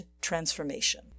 Transformation